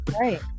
right